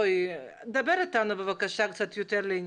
אבל דבר איתנו קצת יותר לעניין.